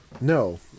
No